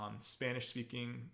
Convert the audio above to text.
Spanish-speaking